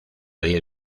diez